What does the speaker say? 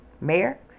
Mayor